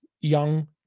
young